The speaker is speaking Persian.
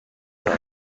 دارم